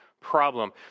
problem